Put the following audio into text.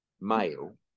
male